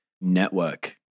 network